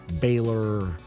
Baylor